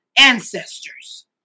ancestors